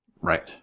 Right